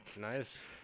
nice